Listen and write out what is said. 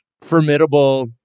formidable